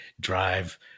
drive